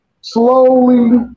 slowly